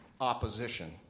opposition